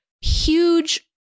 huge